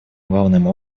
главным